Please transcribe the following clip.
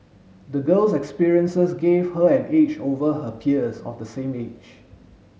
the girl's experiences gave her an edge over her peers of the same age